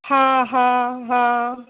हा हा हा